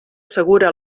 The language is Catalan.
assegura